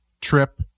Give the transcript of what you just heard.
trip